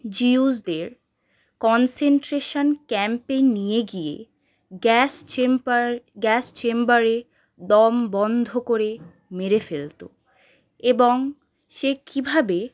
জিউসদের concentration ক্যাম্পে নিয়ে গিয়ে গ্যাস চেম্বার গ্যাস চেম্বারে দম বন্ধ করে মেরে ফেলত এবং সে কীভাবে